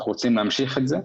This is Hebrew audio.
אנחנו רוצים להמשיך את זה.